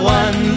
one